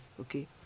Okay